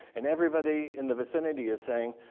and everybody in the vicinity is saying,